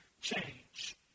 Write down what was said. change